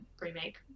remake